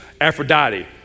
Aphrodite